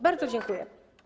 Bardzo dziękuję.